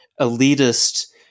elitist